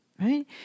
right